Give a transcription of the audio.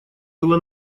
было